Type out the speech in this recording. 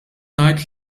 ngħid